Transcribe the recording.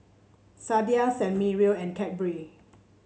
Sadia San Remo and Cadbury